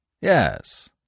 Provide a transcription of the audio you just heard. Yes